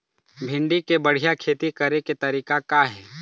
भिंडी के बढ़िया खेती करे के तरीका का हे?